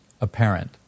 apparent